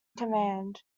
command